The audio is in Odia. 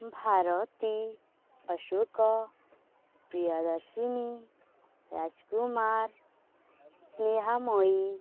ଭାରତୀ ଅଶୋକ ପ୍ରିୟଦର୍ଶିନୀ ରାଜକୁମାର ସ୍ନେହାମୟୀ